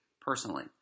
personally